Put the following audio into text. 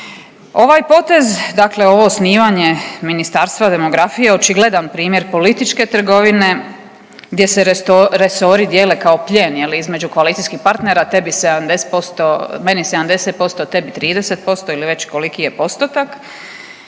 Ovaj potez, dakle ovo osnivanje Ministarstva demografije očigledan je primjer političke trgovine gdje se resori dijele kao plijen je li između koalicijskih partnera tebi 70%, meni 70% tebi 30% ili već koliki je postotak